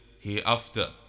hereafter